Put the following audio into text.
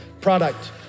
product